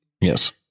Yes